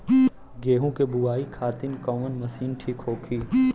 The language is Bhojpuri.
गेहूँ के बुआई खातिन कवन मशीन ठीक होखि?